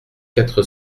quatre